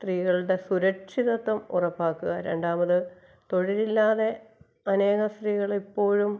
സ്ത്രീകളുടെ സുരക്ഷിതത്വം ഉറപ്പാക്കുക രണ്ടാമത് തൊഴിലില്ലാതെ അനേക സ്ത്രീകളിപ്പോഴും